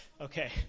Okay